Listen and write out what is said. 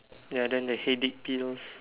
ya then the headache pills